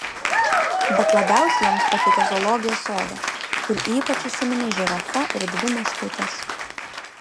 bet labiausiai joms patikę zoologijos sode kur ypač įsiminė žirafa ir dvi meškutės